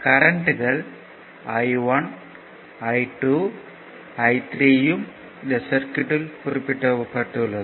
கரண்ட்கள் I I1 I2 I3 யும் இந்த சர்க்யூட்யில் குறிக்கப்பட்டுள்ளது